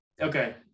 Okay